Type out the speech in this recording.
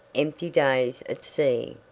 empty days at sea,